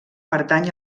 pertany